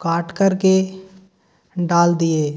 काट कर के डाल दिये